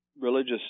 religious